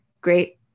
Great